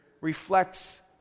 reflects